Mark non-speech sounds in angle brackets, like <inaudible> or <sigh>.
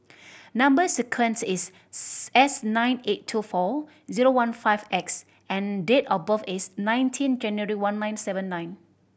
number sequence is <unintelligible> S nine eight two four zero one five X and date of birth is nineteen January one nine seven nine